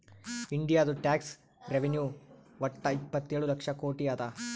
ಇಂಡಿಯಾದು tax revenue ವಟ್ಟ ಇಪ್ಪತ್ತೇಳು ಲಕ್ಷ ಕೋಟಿ ಅದಾ